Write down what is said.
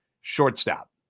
shortstop